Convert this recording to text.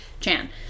Chan